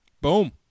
Boom